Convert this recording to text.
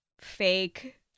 fake